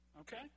Okay